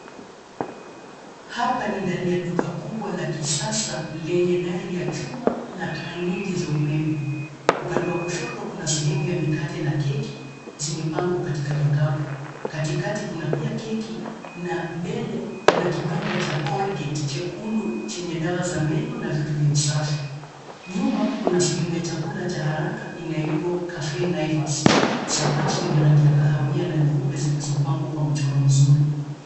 Hapa ni ndani ya duka kubwa la kisasa lenye dari ya chuma na taa nyingi za umeme. Upande wa kushoto kuna sehemu ya mikate na keki zimepangwa katika vikapu. Katikati kuna pia keki na mbele kuna kibanda cha Colgate chekundu chenye dawa za meno na vitu vya usafi. Nyuma, kuna sehemu ya chakula cha haraka inayoitwa Cafe Naivas. Sakafu ni ya rangi ya kahawia na nyeupe zilizopangwa kwa mchoro mzuri.